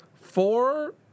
four